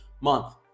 month